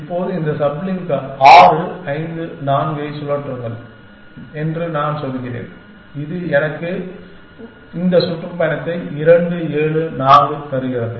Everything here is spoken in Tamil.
இப்போது இந்த சப்லிங்கை 6 5 4 ஐ சுழற்றுங்கள் என்று நான் சொல்கிறேன் அது எனக்கு இந்த சுற்றுப்பயணத்தை 2 7 4 தருகிறது